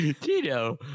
Tito